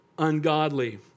Ungodly